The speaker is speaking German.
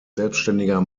selbstständiger